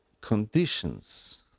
conditions